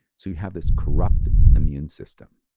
so you have this corrupt immune system